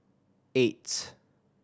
eight